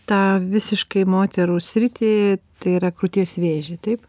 tą visiškai moterų sritį tai yra krūties vėžį taip